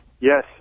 Yes